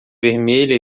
vermelha